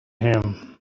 him